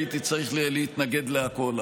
הייתי צריך להתנגד לכול,